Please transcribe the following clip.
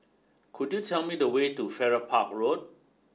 could you tell me the way to Farrer Park Road